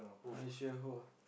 Malaysia !wah!